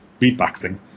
beatboxing